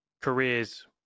careers